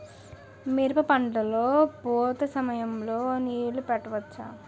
మిరప పంట లొ పూత సమయం లొ నీళ్ళు పెట్టవచ్చా?